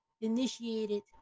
initiated